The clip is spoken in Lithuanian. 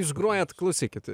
išgrojat klausykit